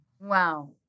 Wow